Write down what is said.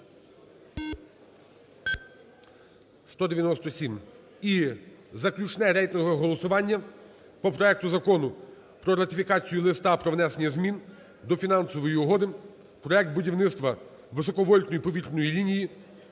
За-197 І заключне рейтингове голосування по проекту Закону про ратифікацію Листа про внесення змін до Фінансової угоди (Проект будівництва високовольтної повітряної лінії